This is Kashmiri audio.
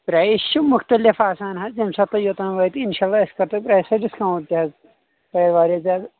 پرایس چھِ مختلف آسان حظ ییٚمہِ ساتہٕ یوٚتن وٲتو انشاء اللہ أسۍ کَرو تۄہہِ تمہِ ساتہٕ ڈسکاونٹ حظ تۄہہِ واریاہ زیادٕ